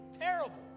Terrible